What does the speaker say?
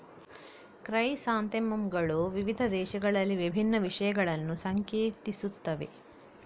chrysanthemum ಗಳು ವಿವಿಧ ದೇಶಗಳಲ್ಲಿ ವಿಭಿನ್ನ ವಿಷಯಗಳನ್ನು ಸಂಕೇತಿಸುತ್ತವೆ